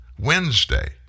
Wednesday